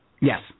Yes